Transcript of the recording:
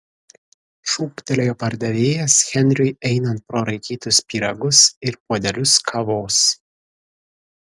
šūktelėjo pardavėjas henriui einant pro raikytus pyragus ir puodelius kavos